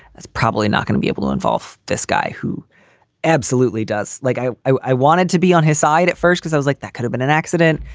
that's probably not gonna be able to involve this guy who absolutely does. like i i wanted to be on his side at first cause i was like, that could have been an accident.